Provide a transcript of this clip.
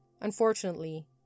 Unfortunately